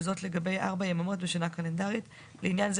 וזאת לגבי ארבע יממות בשנה קלנדרית; לעניין זה